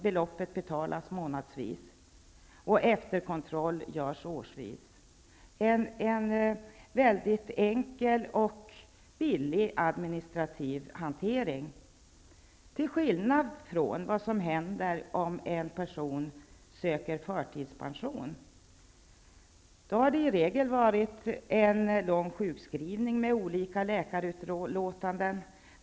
Beloppet betalas månadsvis, och efterkontroll görs årsvis. Detta är en väldigt enkel och billig administrativ hantering, till skillnad från vad som händer om en person söker förtidspension. Då har det i regel varit fråga om en lång sjukskrivning med olika läkarutlåtanden.